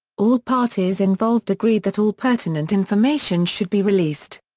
all parties involved agreed that all pertinent information should be released.